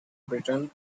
britain